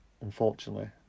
unfortunately